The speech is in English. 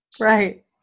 Right